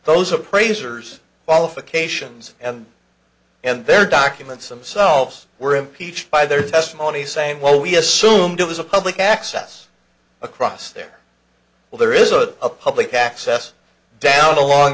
those appraisers qualifications and and their documents themselves were impeached by their testimony saying well we assumed it was a public access across their well there is a public access down along